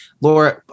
Laura